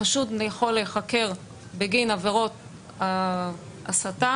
החשוד יכול להיחקר בגין עבירות ההסתה